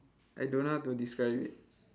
I don't know how to describe it